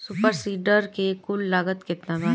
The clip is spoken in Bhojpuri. सुपर सीडर के कुल लागत केतना बा?